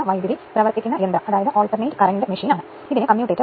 ഇരുമ്പിന്റെ നഷ്ടവും ചെമ്പ് നഷ്ടവും പൂർണ്ണ ലോഡിൽ കണ്ടെത്തുക